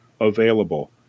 available